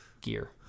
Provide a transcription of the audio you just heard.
gear